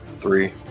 Three